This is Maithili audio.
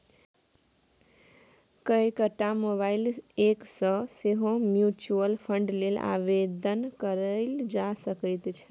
कएकटा मोबाइल एप सँ सेहो म्यूचुअल फंड लेल आवेदन कएल जा सकैत छै